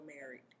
married